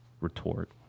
retort